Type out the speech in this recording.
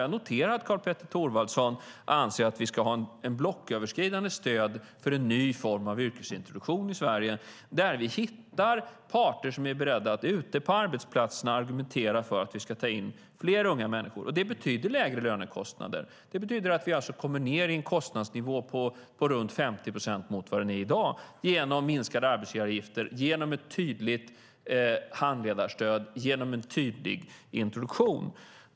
Jag noterar att Karl-Petter Thorwaldsson anser att vi ska ha ett blocköverskridande stöd för en ny form av yrkesintroduktion i Sverige där vi hittar parter som är beredda att ute på arbetsplatserna argumentera för att vi ska ta in fler unga människor. Det betyder lägre lönekostnader. Det betyder att vi kommer ned i en kostnadsnivå på runt 50 procent mot vad den är i dag genom minskade arbetsgivaravgifter, ett tydligt handledarstöd och en tydlig introduktion.